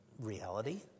reality